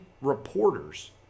reporters